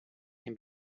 can